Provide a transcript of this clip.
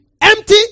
empty